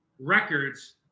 records